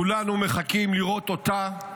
כולנו מחכים לראות אותה,